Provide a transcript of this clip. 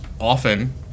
often